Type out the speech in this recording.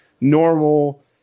normal